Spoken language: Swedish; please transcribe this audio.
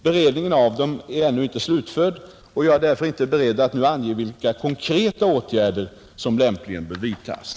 Beredningen av dem är ännu inte slutförd och jag är därför inte beredd att nu ange vilka konkreta åtgärder som lämpligen bör vidtas.